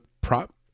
prop